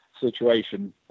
situation